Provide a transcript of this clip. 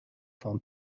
found